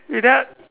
without